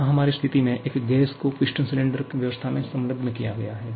यहां हमारी स्थिति में एक गैस को पिस्टन सिलेंडर व्यवस्था में संलग्न किया गया है